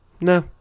no